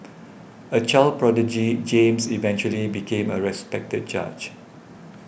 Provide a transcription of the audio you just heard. a child prodigy James eventually became a respected judge